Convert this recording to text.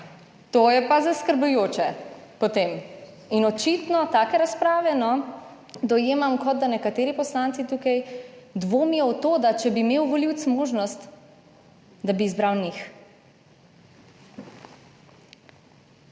to je pa zaskrbljujoče potem. In očitno take razprave, no, dojemam, kot da nekateri poslanci tukaj dvomijo v to, da če bi imel volivec možnost da bi izbral njih.